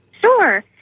Sure